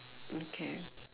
mm K